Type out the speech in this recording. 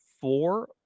four